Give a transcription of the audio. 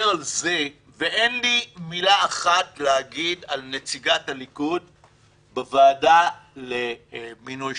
אין לי מילה אחת להגיד על נציגת הליכוד בוועדה למינוי שופטים,